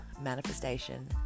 manifestation